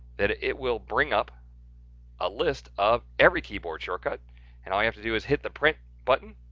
that it it will bring up a list of every keyboard shortcut, and all you have to do is, hit the print button